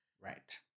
Right